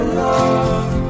love